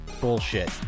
Bullshit